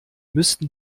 müssten